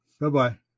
Bye-bye